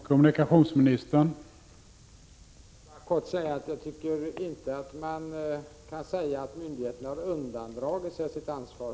Herr talman! Jag skall bara kortfattat säga att jag inte tycker att man kan säga att myndigheterna har undandragit sig sitt ansvar.